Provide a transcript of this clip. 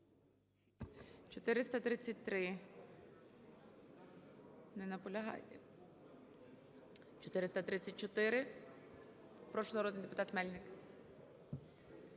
433. Не наполягає. 434. Прошу, народний депутат Мельник.